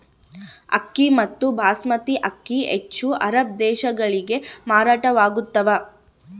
ಅಕ್ಕಿ ಮತ್ತು ಬಾಸ್ಮತಿ ಅಕ್ಕಿ ಹೆಚ್ಚು ಅರಬ್ ದೇಶಗಳಿಗೆ ಮಾರಾಟವಾಗ್ತಾವ